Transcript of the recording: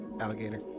alligator